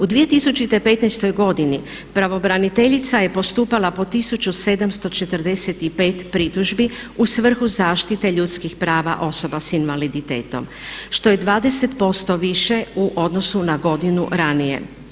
U 2015. godini pravobraniteljica je postupala po 1745 pritužbi u svrhu zaštite ljudskih prava osoba sa invaliditetom što je 20% više u odnosu na godinu ranije.